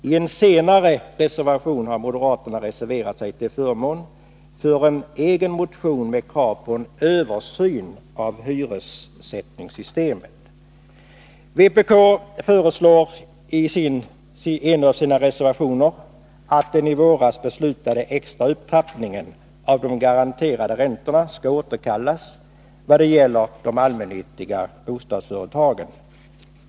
I en senare reservation har moderaterna reserverat sig till förmån för en egen motion med krav på en översyn av hyressättningssystemet. Vpk föreslår i en reservation att den i våras beslutade extra upptrappningen av de garanterade räntorna skall återkallas vad gäller de allmännyttiga bostadsföretagen.